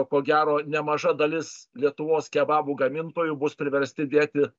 ko gero nemaža dalis lietuvos kebabų gamintojų bus priversti dėti